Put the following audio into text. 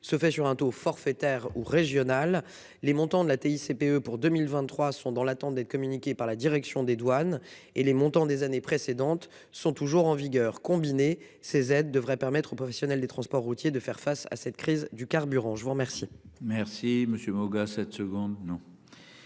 se fait sur un taux forfaitaire ou régional les montant de la TICPE pour 2023 sont dans l'attente des communiqués par la Direction des douanes et les montants des années précédentes sont toujours en vigueur combiné ces aides devraient permettre aux professionnels du transport routier, de faire face à cette crise du carburant. Je vous remercie. Merci monsieur Moga 7 secondes.